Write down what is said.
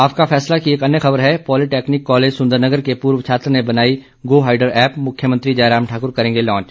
आपका फैसला की एक अन्य ख़बर है पॉलीटेक्नीक कॉलेज सुंदरनगर के पूर्व छात्र ने बनाई गो हायडर एप मुख्यमंत्री जयराम ठाकुर करेंगे लांच